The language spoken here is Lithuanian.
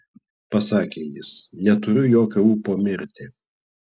pasakė jis neturiu jokio ūpo mirti